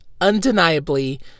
undeniably